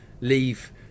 leave